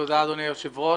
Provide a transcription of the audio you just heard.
תודה, אדוני היושב-ראש.